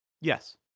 Yes